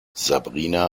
sabrina